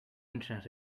internet